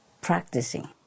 practicing